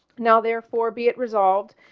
now, therefore, be it resolved.